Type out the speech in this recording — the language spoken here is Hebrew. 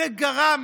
זה גרם,